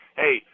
hey